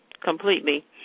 completely